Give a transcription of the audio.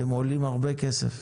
אתם עולים הרבה כסף,